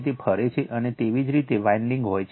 અને તેવી જ રીતે વાઇન્ડીંગ હોય છે જે 120 o અલગ હોય છે